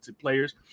players